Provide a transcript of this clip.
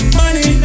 money